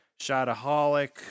Shotaholic